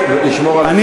שהמדינה,